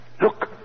Look